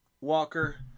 Walker